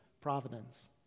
providence